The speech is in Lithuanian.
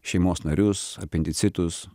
šeimos narius apendicitus